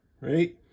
right